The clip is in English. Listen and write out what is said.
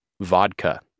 vodka